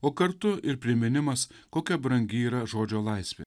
o kartu ir priminimas kokia brangi yra žodžio laisvė